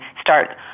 start